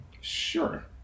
Sure